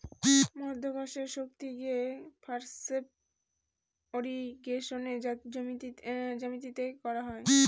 মাধ্যাকর্ষণের শক্তি দিয়ে সারফেস ইর্রিগেশনে জমিতে করা হয়